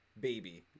baby